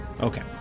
Okay